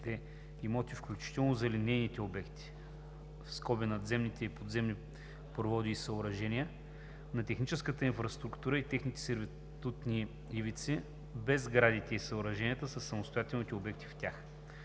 имоти, включително за линейните обекти (надземните и подземните проводи и съоръжения) на техническата инфраструктура и техните сервитутни ивици, без сградите и съоръженията със самостоятелните обекти в тях;“